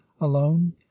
alone